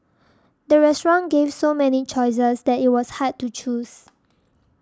the restaurant gave so many choices that it was hard to choose